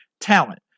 talent